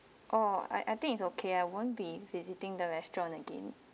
orh I I think it's okay lah I won't be visiting the restaurant again